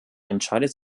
entscheidet